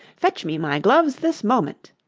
fetch me my gloves this moment